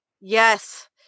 Yes